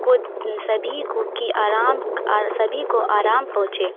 کو سبھی کو کی آرام سبھی کو آرام پہنچے